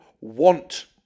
want